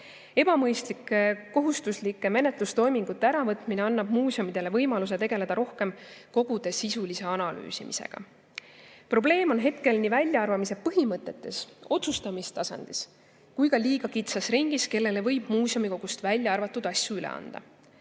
Ebamõistlike kohustuslike menetlustoimingute äravõtmine annab muuseumidele võimaluse tegeleda rohkem kogude sisulise analüüsimisega. Probleem on hetkel nii väljaarvamise põhimõtetes, otsustamistasandis kui ka liiga kitsas ringis, kellele võib muuseumikogust välja arvatud asju üle anda.